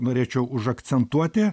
norėčiau užakcentuoti